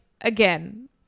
again